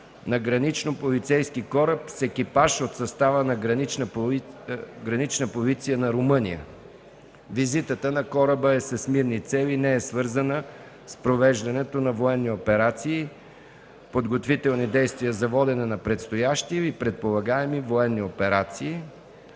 на гранично-полицейски кораб с екипаж от състава на Граничната полиция на Румъния. Визитата на кораба е с мирни цели и не е свързана с провеждането на военни операции, подготвителни действия за водене на предстоящи или предполагаеми военни операции.